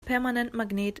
permanentmagnet